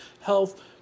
health